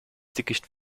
dickicht